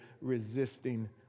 resisting